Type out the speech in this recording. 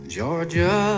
Georgia